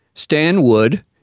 Stanwood